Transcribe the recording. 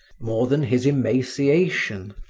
more than his emaciation,